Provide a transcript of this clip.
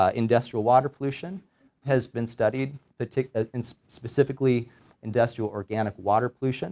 ah industrial water pollution has been studied, the, ah and specifically industrial organic water pollution